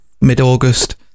mid-August